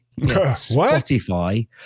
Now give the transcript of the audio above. Spotify